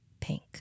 pink